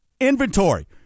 Inventory